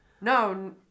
No